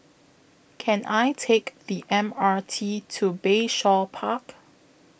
Can I Take The M R T to Bayshore Park